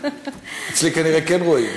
אצלי כנראה כן רואים.